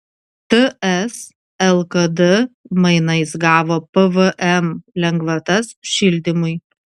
ts lkd mainais gavo pvm lengvatas šildymui